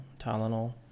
Tylenol